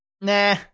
Nah